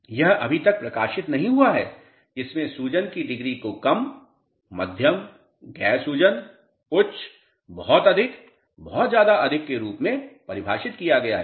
यह अभी तक प्रकाशित नहीं हुआ है जिसमें सूजन की डिग्री को कम मध्यम गैर सूजन उच्च बहुत अधिक बहुत ज्यादा अधिक के रूप में परिभाषित किया गया है